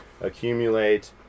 accumulate